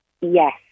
Yes